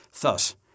Thus